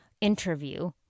Interview